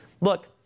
look